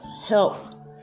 help